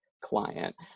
client